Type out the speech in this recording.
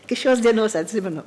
iki šios dienos atsimenu